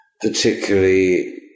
particularly